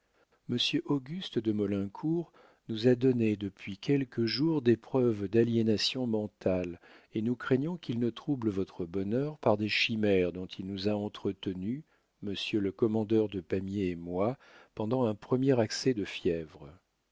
auguste de maulincour nous a donné depuis quelques jours des preuves d'aliénation mentale et nous craignons qu'il ne trouble votre bonheur par des chimères dont il nous a entretenus monsieur le commandeur de pamiers et moi pendant un premier accès de fièvre